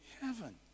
heaven